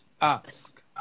ask